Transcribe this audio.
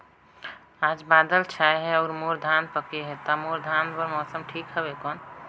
आज बादल छाय हे अउर मोर धान पके हे ता मोर धान बार मौसम ठीक हवय कौन?